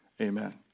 Amen